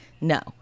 no